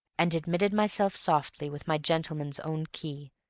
and admitted myself softly with my gentleman's own key,